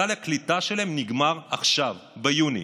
סל הקליטה שלהם נגמר עכשיו, ביוני.